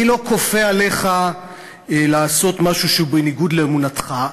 אני לא כופה עליך לעשות משהו שהוא בניגוד לאמונתך,